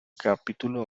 capítulos